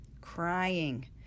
Crying